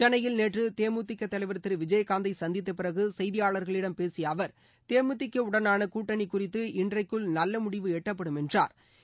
சென்னையில் நேற்று தே மு தி க தலைவா் திரு விஜயகாந்த் ஐ சந்தித்தப்பிறகு செய்தியாளர்களிடம் பேசிய அவா் தேமுதிக உடனாள கூட்டணி குறித்து இன்றைக்குள் நல்ல முடிவு எட்டப்படும் என்றாா்